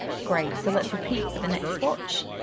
great, so let's repeat for the next swatch.